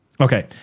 Okay